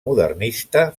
modernista